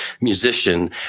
musician